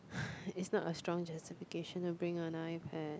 is not a strong justification to bring an iPad